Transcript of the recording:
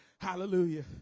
Hallelujah